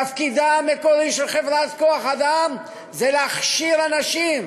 תפקידה המקורי של חברת כוח-אדם זה להכשיר אנשים,